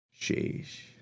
sheesh